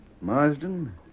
Marsden